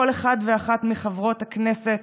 לכל אחת ואחת מחברות הכנסת,